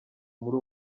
muri